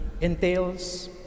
entails